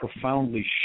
profoundly